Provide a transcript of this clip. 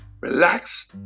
relax